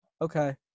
Okay